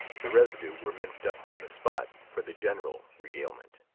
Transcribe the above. the residue were minced up on the spot for the general regalement.